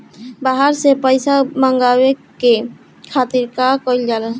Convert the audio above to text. बाहर से पइसा मंगावे के खातिर का कइल जाइ?